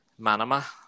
Manama